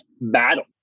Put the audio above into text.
battle